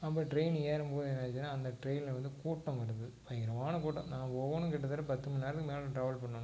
நம்ம ட்ரெயின் ஏறும் போது என்னாச்சுன்னா அந்த ட்ரெயினில் வந்து கூட்டம் வருது பயங்கரமான கூட்டம் நான் போகணும் கிட்டத்தட்ட பத்து மணி நேரத்துக்கு மேல் ட்ராவல் பண்ணணும்